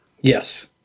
Yes